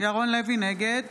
נגד